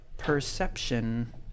perception